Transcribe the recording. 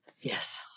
Yes